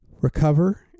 recover